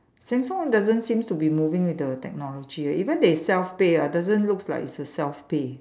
Sheng-Siong doesn't seems to be moving with the technology leh even their self pay ah doesn't looks like it's a self pay